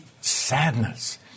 sadness